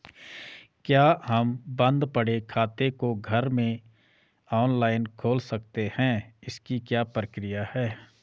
क्या हम बन्द पड़े खाते को घर में ऑनलाइन खोल सकते हैं इसकी क्या प्रक्रिया है?